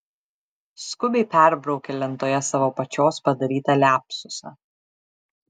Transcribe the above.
skubiai perbraukė lentoje savo pačios padarytą liapsusą